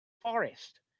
forest